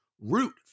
Root